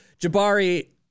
Jabari